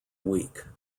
week